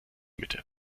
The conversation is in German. mitte